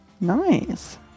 Nice